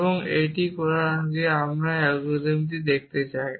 এবং এটি করার আগে আমরা এই অ্যালগরিদমটি দেখতে চাই